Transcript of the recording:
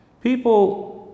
People